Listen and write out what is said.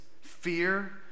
fear